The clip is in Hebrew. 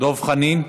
דב חנין,